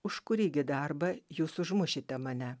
už kurį gi darbą jūs užmušite mane